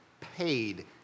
paid